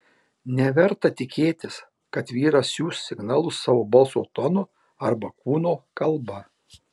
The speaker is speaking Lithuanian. neverta tikėtis kad vyras siųs signalus savo balso tonu arba kūno kalba